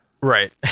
Right